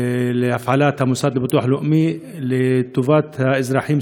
להפעלת המוסד לביטוח לאומי לטובת האזרחים,